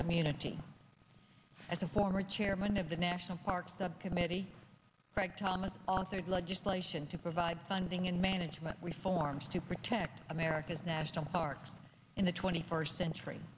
community as a former chairman of the national parks subcommittee frank thomas authored legislation to provide funding and management reforms to protect america's national parks in the twenty first century